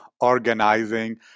organizing